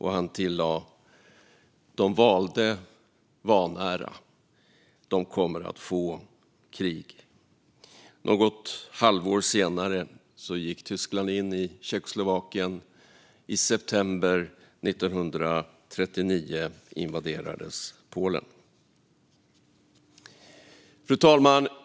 Han tillade: De valde vanära, de kommer att få krig. Något halvår senare gick Tyskland in i Tjeckoslovakien. I september 1939 invaderades Polen. Fru talman!